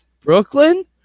Brooklyn